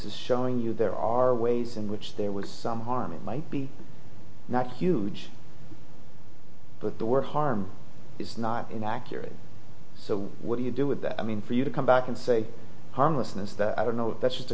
is showing you there are ways in which there was some harm it might be not huge but the work harm is not inaccurate so what do you do with that i mean for you to come back and say harmlessness that i don't know that's